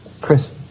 Chris